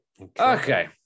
Okay